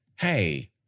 hey